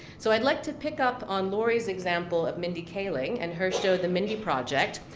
so i'd like to pick up on lori's example of mindy kaling, and her show, the mindy project,